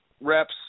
reps